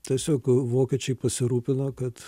tiesiog vokiečiai pasirūpino kad